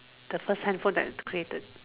the first handphone that created